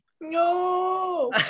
No